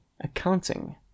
accounting